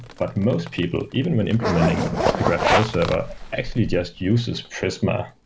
but most people, even when implementing a graphql server, actually just uses prisma.